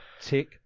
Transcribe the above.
tick